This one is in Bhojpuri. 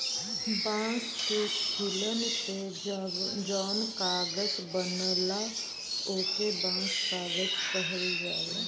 बांस के छीलन से जौन कागज बनला ओके बांस कागज कहल जाला